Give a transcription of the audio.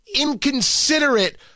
inconsiderate